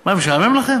עוד מעט, מהוני לקצבתי,